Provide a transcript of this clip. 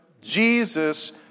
Jesus